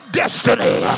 destiny